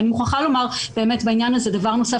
אני מוכרחה לומר בעניין הזה דבר נוסף